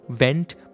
went